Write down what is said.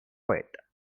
poet